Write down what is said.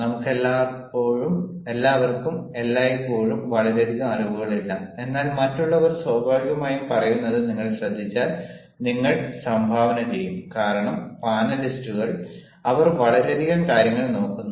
നമുക്കെല്ലാവർക്കും എല്ലായ്പ്പോഴും വളരെയധികം അറിവുകളില്ല എന്നാൽ മറ്റുള്ളവർ സ്വാഭാവികമായും പറയുന്നത് നിങ്ങൾ ശ്രദ്ധിച്ചാൽ നിങ്ങൾ സംഭാവന ചെയ്യും കാരണം പാനലിസ്റ്റുകൾ അവർ വളരെയധികം കാര്യങ്ങൾ നോക്കുന്നു